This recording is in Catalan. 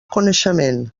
coneixement